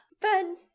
Ben